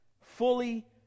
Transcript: fully